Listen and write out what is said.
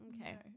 Okay